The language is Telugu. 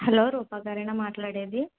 హలో రూపా గారేనా మాట్లాడేది